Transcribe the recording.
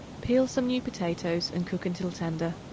peel some new potatoes and cook until tender.